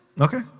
Okay